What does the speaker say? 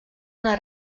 una